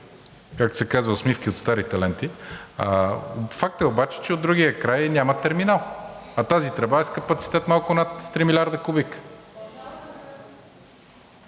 както се казва, усмивки от старите ленти. Факт е обаче, че от другия край няма терминал, а тази тръба е с капацитет малко над три милиарда кубика.